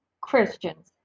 Christians